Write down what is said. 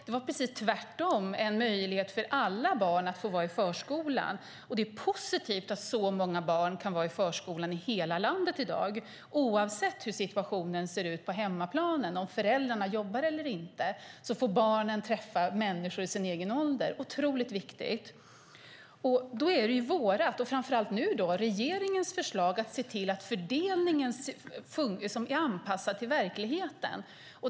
Det var precis tvärtom, en möjlighet för alla barn att få gå i förskola. Det är positivt att så många barn kan gå i förskola i hela landet i dag. Oavsett hur situationen ser ut på hemmaplan och om föräldrarna jobbar eller inte får barnen träffa människor i sin egen ålder. Det är viktigt. Det är regeringens ansvar att se till att fördelningen är anpassad till verkligheten.